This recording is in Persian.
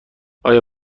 آیا